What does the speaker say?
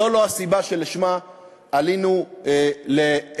זו לא הסיבה שלשמה עלינו לארץ-ישראל.